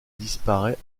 disparaît